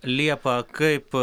liepą kaip